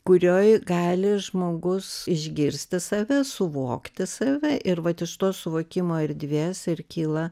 kurioj gali žmogus išgirsta save suvokti save ir vat iš to suvokimo erdvės ir kyla